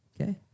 Okay